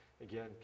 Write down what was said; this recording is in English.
Again